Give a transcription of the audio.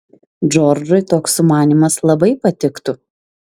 džordžui toks sumanymas labai patiktų